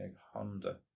Honda